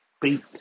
Beat